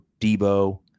Debo